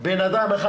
בן אדם אחד,